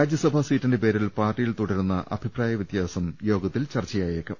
രാജ്യസഭാ സീറ്റിന്റെ പേരിൽ പാർട്ടിയിൽ തുടരുന്ന അഭിപ്രായ വ്യത്യാസം യോഗത്തിൽ ചർച്ചയായേക്കും